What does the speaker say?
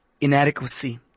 inadequacy